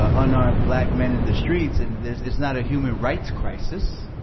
ah unarmed black men in the streets and this is not a human rights crisis.